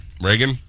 Reagan